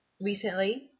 Recently